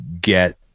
get